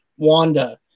wanda